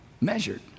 measured